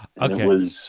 Okay